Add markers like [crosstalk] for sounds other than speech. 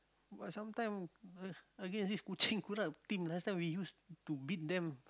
but sometime [laughs] again this kucing kurap team last time we used to beat them